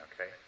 Okay